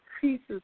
pieces